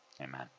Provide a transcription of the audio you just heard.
Amen